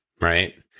right